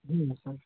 जी हाँ सर